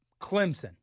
Clemson